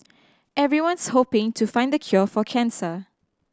everyone's hoping to find the cure for cancer